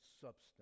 substance